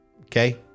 Okay